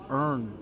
earn